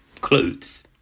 clothes